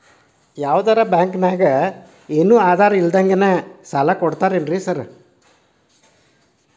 ಯಾವದರಾ ಬ್ಯಾಂಕ್ ನಾಗ ಏನು ಆಧಾರ್ ಇಲ್ದಂಗನೆ ಸಾಲ ಕೊಡ್ತಾರೆನ್ರಿ ಸಾರ್?